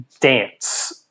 dance